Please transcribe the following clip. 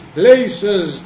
places